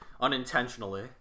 Unintentionally